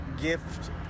gift